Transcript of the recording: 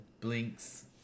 blinks